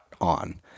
on